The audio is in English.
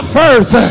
first